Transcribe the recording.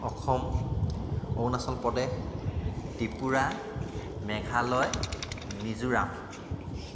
Assam Arunachal Pradesh Tripura Meghalaya Mizoram